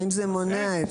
האם זה מונע את